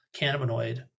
cannabinoid